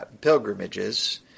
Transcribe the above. pilgrimages